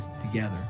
together